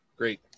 Great